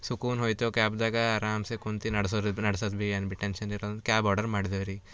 ಸುಕೂನ್ ಹೋಯಿತು ಕ್ಯಾಬ್ದಾಗ ಅರಾಮಸೆ ಕುಂತು ನಡ್ಸೋರು ಇದು ನಡ್ಸೋದು ಭಿ ಏನು ಭಿ ಟೆನ್ಷನ್ ಇರಲ್ದು ಕ್ಯಾಬ್ ಆರ್ಡರ್ ಮಾಡಿದೇವುರಿ